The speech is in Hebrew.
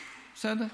בסדר?